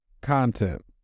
content